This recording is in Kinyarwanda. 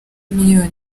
miliyoni